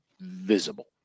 visible